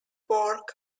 work